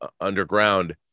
underground